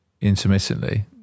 Intermittently